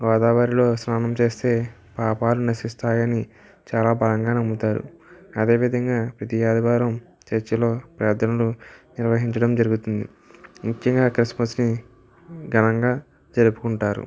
గోదావరిలో స్నానం చేస్తే పాపాలు నశిస్తాయని చాలా బలంగా నమ్ముతారు అదేవిధంగా ప్రతి ఆదివారం చర్చిలో ప్రార్థనలు నిర్వహించడం జరుగుతుంది ముఖ్యంగా క్రిస్మస్ని ఘనంగా జరుపుకుంటారు